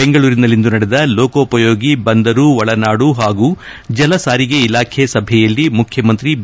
ಬೆಂಗಳೂರಿನಲ್ಲಿಂದು ನಡೆದ ಲೋಕೋಪಯೋಗಿ ಬಂದರು ಒಳನಾಡು ಹಾಗೂ ಜಲಸಾರಿಗೆ ಇಲಾಖೆ ಸಭೆಯಲ್ಲಿ ಮುಖ್ಯಮಂತ್ರಿ ಬಿ